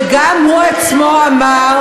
אני חושבת שגם הוא עצמו אמר,